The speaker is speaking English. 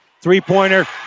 Three-pointer